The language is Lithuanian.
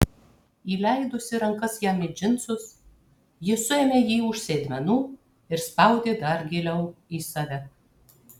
įleidusi rankas jam į džinsus ji suėmė jį už sėdmenų ir spaudė dar giliau į save